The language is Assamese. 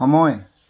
সময়